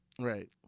Right